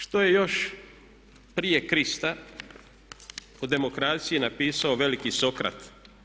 Što je još prije Krista o demokraciji napisao veliki Sokrat.